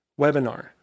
webinar